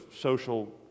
social